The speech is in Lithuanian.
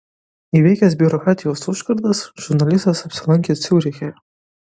įveikęs biurokratijos užkardas žurnalistas apsilankė ciuriche